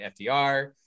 fdr